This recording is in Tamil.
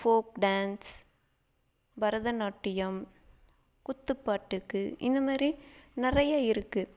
போல்க் டான்ஸ் பரதநாட்டியம் குத்து பாட்டுக்கு இந்த மாதிரி நிறையா இருக்குது